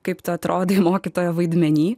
kaip tu atrodai mokytojo vaidmenyje